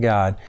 God